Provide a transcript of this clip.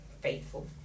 faithful